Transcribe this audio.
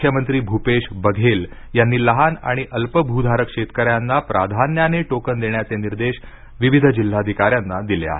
मुख्यमंत्री भूपेश बघेल यांनी लहान आणि अल्पभूधारक शेतकऱ्यांना प्राधान्याने टोकन देण्याचे निर्देश विविध जिल्हाधिकाऱ्यांना दिले आहेत